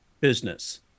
business